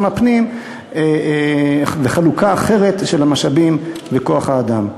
הפנים וחלוקה אחרת של המשאבים ושל כוח-האדם.